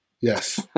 Yes